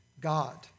God